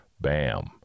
Bam